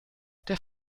der